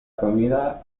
comida